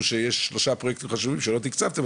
שיש עוד שלושה פרויקטים חשובים שלא תקצבתם,